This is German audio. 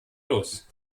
los